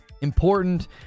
Important